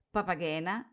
Papagena